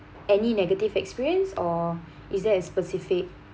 any negative experience or is there a specific